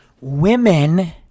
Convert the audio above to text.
women